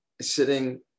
sitting